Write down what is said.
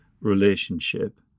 relationship